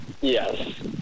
Yes